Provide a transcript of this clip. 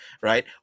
Right